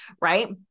right